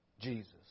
Jesus